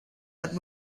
but